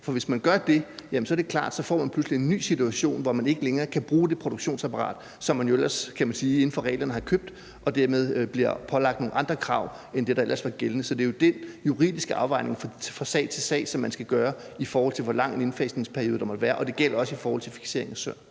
For hvis man gør det, er det klart, at man pludselig får en ny situation, hvor nogen ikke længere kan bruge det produktionsapparat, som de jo ellers inden for reglerne har købt, og de dermed bliver pålagt nogle andre krav end dem, der ellers var gældende. Så det er jo den juridiske afvejning fra sag til sag, som man skal foretage, i forhold til hvor lang en indfasningsperiode der måtte være, og det gælder også i forhold til fikseringen af søer.